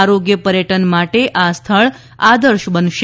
આરોગ્ય પર્યટન માટે આ સ્થળ આદર્શ બનશે